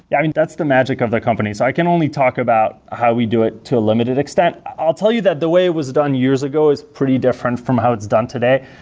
yeah i mean, that's the magic of the company. so i can only talk about how we do it to a limited extent. i'll tell you that the way it was done years ago was pretty different from how it's done today.